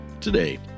today